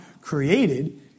created